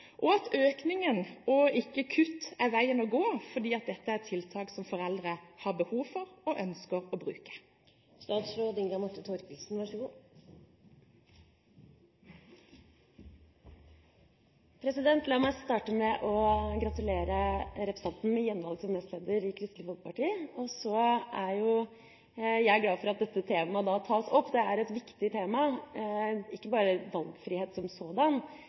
og at økning og ikke kutt er veien å gå fordi dette er et tiltak foreldre har behov for og ønsker å bruke? La meg starte med å gratulere representanten med gjenvalg som nestleder i Kristelig Folkeparti. Jeg er glad for at dette temaet tas opp. Det er et viktig tema, ikke bare valgfrihet som sådan,